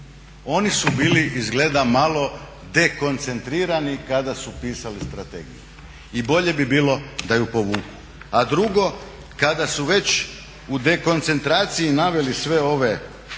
Oni su bili izgleda malo dekoncentrirani kada su pisali strategiju. I bolje bi bilo da je povuku. A drugo, kada su već u dekoncentraciji naveli sve ove definicije